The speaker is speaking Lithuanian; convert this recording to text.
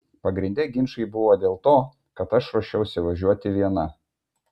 pagrinde ginčai buvo dėl to kad aš ruošiausi važiuoti viena